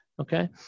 okay